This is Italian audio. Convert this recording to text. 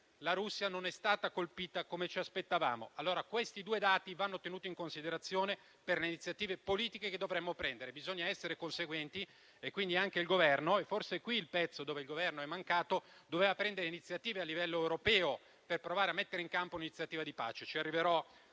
la Russia non è stata colpita come ci aspettavamo. Questi due dati vanno tenuti in considerazione per le iniziative politiche che dovremo prendere. Bisogna essere conseguenti e quindi anche il Governo - forse questo è il pezzo dove l'Esecutivo è mancato - doveva prendere iniziative a livello europeo per provare a mettere in campo un'iniziativa di pace (ci arriverò